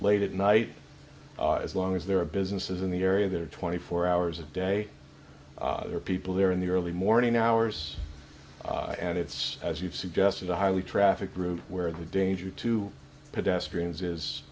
late at night as long as there are businesses in the area that are twenty four hours a day or people here in the early morning hours and it's as you've suggested a highly trafficked route where the danger to pedestrians is